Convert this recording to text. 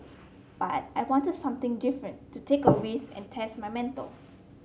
but I wanted something different to take a risk and test my mettle